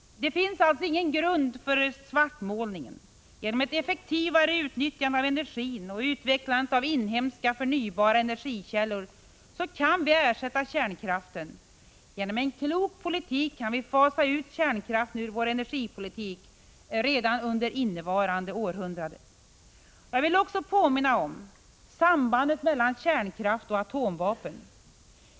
Det finns alltså ingen grund för denna svartmålning. Genom ett effektivare utnyttjande av energin och genom utvecklandet av inhemska, förnybara energikällor kan vi ersätta kärnkraften. Genom en klok politik kan vi fasa ut kärnkraften ur vår energipolitik redan under innevarande århundrade. Jag vill också påminna om sambandet mellan kärnkraft och atomvapen.